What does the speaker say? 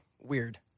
Weird